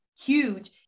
huge